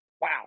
Wow